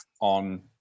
on